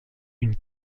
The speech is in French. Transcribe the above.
une